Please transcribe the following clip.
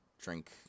drink